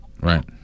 Right